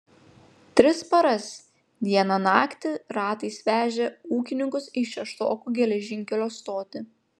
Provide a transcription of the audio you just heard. tris paras dieną naktį ratais vežė ūkininkus į šeštokų geležinkelio stotį